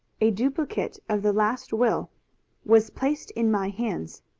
a duplicate of the last will was placed in my hands.